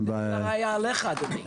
אבל זה כבר היה עליך, אדוני.